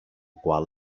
qual